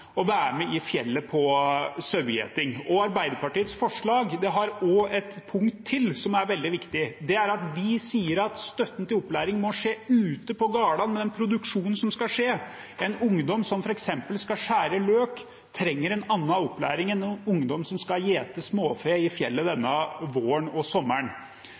være med i fjellet på sauegjeting. Arbeiderpartiets forslag har også et punkt til som er veldig viktig, og det er at vi sier at støtten til opplæring må skje ute på gårdene, med den produksjonen som skal skje. En ungdom som f.eks. skal skjære løk, trenger en annen opplæring enn en ungdom som skal gjete småfe i fjellet denne våren og sommeren.